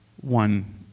one